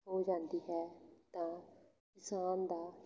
ਹੋ ਜਾਂਦੀ ਹੈ ਤਾਂ ਕਿਸਾਨ ਦਾ